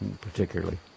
particularly